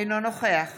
אינו נוכח